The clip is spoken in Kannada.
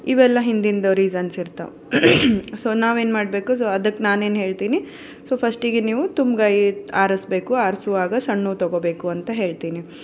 ಇವೆಲ್ಲ ಹಿಂದಿಂದು ರೀಸನ್ಸ್ ಇರ್ತಾವೆ ಸೊ ನಾವೇನು ಮಾಡಬೇಕು ಸೊ ಅದಕ್ಕೆ ನಾನೇನು ಹೇಳ್ತೀನಿ ಸೊ ಫಶ್ಟಿಗೆ ನೀವು ತುಂಬ್ಗಾಯಿ ಆರಿಸ್ಬೇಕು ಆರಿಸುವಾಗ ಸಣ್ಣವು ತ ಗೊಳ್ಬೇಕು ಅಂತ ಹೇಳ್ತೀನಿ